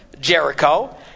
Jericho